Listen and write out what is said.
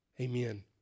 Amen